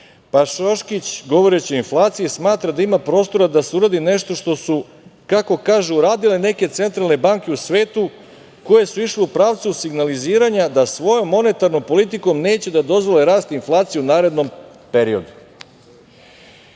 Pa Šoškić, govoreći o inflaciji, smatra da ima prostora da se uradi nešto što su, kako kažu, radile neke centralne banke u svetu, koje su išle u pravcu signaliziranja da svojom monetarnom politikom neće da dozvole rast inflacije u narednom periodu. Kada